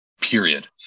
period